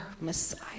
Messiah